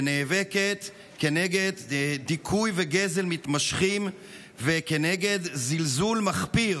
שנאבקת כנגד דיכוי וגזל מתמשכים וכנגד זלזול מחפיר.